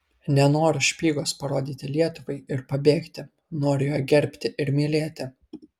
nenoriu špygos parodyti lietuvai ir pabėgti noriu ją gerbti ir mylėti